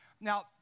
Now